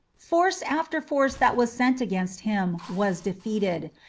force after force that was sent against him was defeated,